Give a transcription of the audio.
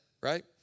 Right